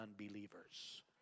unbelievers